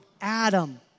Adam